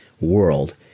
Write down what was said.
world